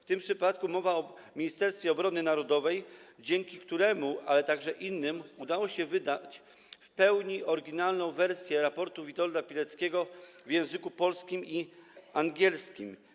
W tym przypadku mowa o Ministerstwie Obrony Narodowej, dzięki któremu, ale także dzięki innym, udało się wydać w pełni oryginalną wersję raportu Witolda Pileckiego w języku polskim i angielskim.